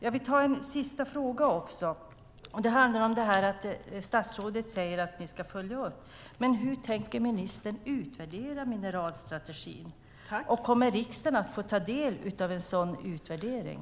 Jag vill också ställa en sista fråga. Det handlar om att statsrådet säger att man ska följa upp. Hur tänker ministern utvärdera mineralstrategin? Kommer riksdagen att få ta del av en sådan utvärdering?